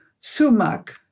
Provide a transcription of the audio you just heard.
sumac